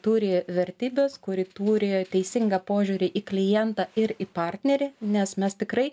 turi vertybes kuri turi teisingą požiūrį į klientą ir į partnerį nes mes tikrai